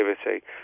activity